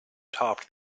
topped